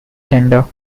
gender